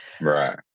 Right